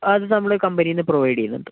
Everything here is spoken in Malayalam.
അത് നമ്മൾ കമ്പനിയിൽനിന്ന് പ്രൊവൈഡ് ചെയ്യുന്നുണ്ട്